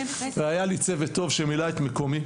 היה לי צוות טוב שמילא את מקומי.